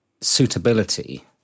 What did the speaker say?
suitability